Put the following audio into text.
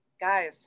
guys